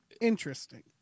interesting